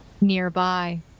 nearby